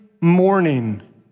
morning